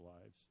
lives